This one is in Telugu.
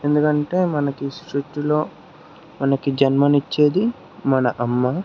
ఎందుకంటే మనకి సృష్టిలో మనకి జన్మను ఇచ్చేది మన అమ్మ